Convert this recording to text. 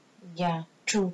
ya true true